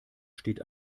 steht